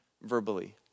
Verbally